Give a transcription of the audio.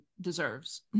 deserves